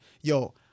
yo